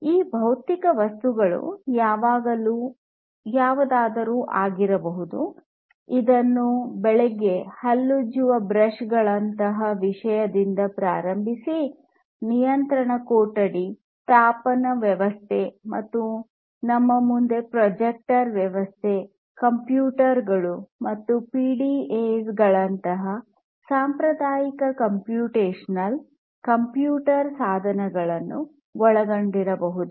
ಈ ಭೌತಿಕ ವಸ್ತುಗಳು ಯಾವುದಾದರೂ ಆಗಿರಬಹುದು ಅದನ್ನು ಬೆಳಿಗ್ಗೆ ಹಲ್ಲುಜ್ಜುವ ಬ್ರಷ್ ಗಳಂತಹ ವಿಷಯದಿಂದ ಪ್ರಾರಂಭಿಸಿ ನಿಯಂತ್ರಣ ಕೊಠಡಿ ತಾಪನ ವ್ಯವಸ್ಥೆ ಮತ್ತು ನಮ್ಮ ಮುಂದೆ ಪ್ರೊಜೆಕ್ಟರ್ ವ್ಯವಸ್ಥೆ ಕಂಪ್ಯೂಟರ್ ಗಳು ಮತ್ತು ಪಿಡಿಎ ಗಳಂತಹ ಸಾಂಪ್ರದಾಯಿಕ ಕಂಪ್ಯೂಟೇಶನಲ್ ಕಂಪ್ಯೂಟರ್ ಸಾಧನಗಳನ್ನು ಒಳಗೊಂಡಿರಬಹುದು